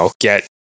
get